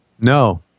No